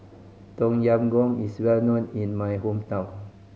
Tom Yam Goong is well known in my hometown